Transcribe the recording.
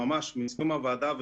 אני מסכים עם הוועדה,